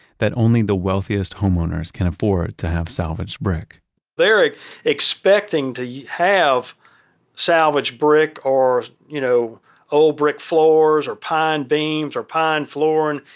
that only the wealthiest homeowners can afford to have salvaged brick they're expecting to yeah have salvaged brick or you know old brick floors, or pine beams, or pine flooring.